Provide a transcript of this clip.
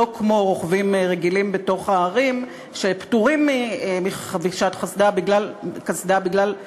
לא כמו רוכבים רגילים בתוך הערים שפטורים מחבישת קסדה בגלל חוק,